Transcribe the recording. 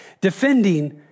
defending